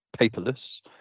paperless